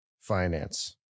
finance